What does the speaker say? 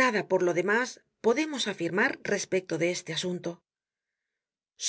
nada por lo demás podemos afirmar respecto de este asunto